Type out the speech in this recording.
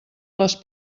les